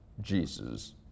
Jesus